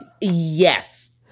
Yes